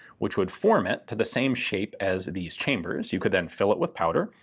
which would form it to the same shape as these chambers. you could then fill it with powder,